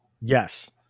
Yes